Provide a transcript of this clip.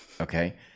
Okay